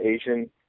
Asian